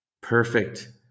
perfect